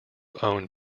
owned